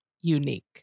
unique